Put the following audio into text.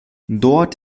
dort